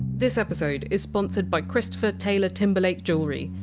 this episode is sponsored by christopher taylor timberlake jewelry.